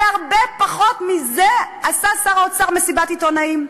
על הרבה פחות מזה עשה שר האוצר מסיבת עיתונאים,